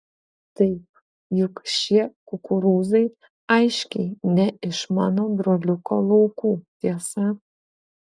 taip juk šie kukurūzai aiškiai ne iš mano broliuko laukų tiesa